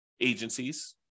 agencies